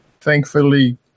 Thankfully